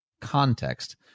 context